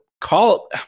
call